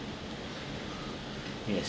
yes